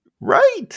Right